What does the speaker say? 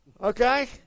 Okay